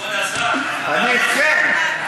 אני אתכם.